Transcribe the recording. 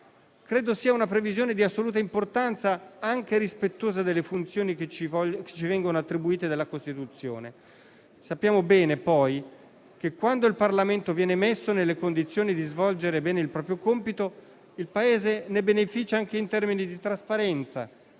che sia una previsione di assoluta importanza, anche rispettosa delle funzioni che ci vengono attribuite dalla Costituzione. Sappiamo bene che, quando il Parlamento viene messo nelle condizioni di svolgere bene il proprio compito, il Paese ne beneficia anche in termini di trasparenza,